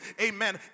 Amen